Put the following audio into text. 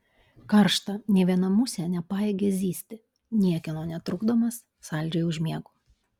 karšta nė viena musė nepajėgia zyzti niekieno netrukdomas saldžiai užmiegu